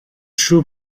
true